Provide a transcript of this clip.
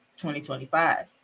2025